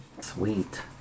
Sweet